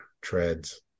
treads